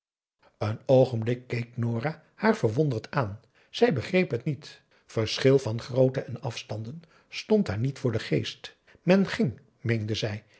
een oogenblik keek nora haar verwonderd aan zij begreep het niet verschil van grootte en afstanden stond haar niet voor den geest men ging meende zij